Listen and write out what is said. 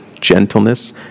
gentleness